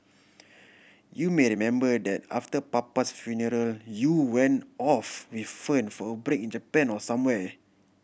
you may remember that after papa's funeral you went off with Fern for a break in Japan or somewhere